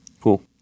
Cool